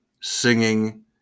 singing